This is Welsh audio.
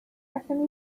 allwn